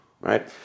right